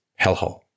hellhole